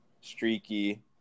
streaky